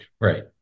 Right